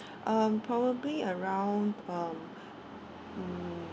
um probably around um mm